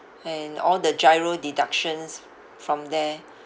and all the GIRO deductions from there